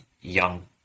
young